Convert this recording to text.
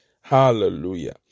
Hallelujah